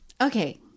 Okay